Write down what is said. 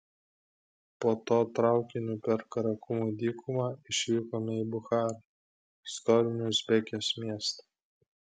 po to traukiniu per karakumų dykumą išvykome į bucharą istorinį uzbekijos miestą